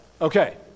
Okay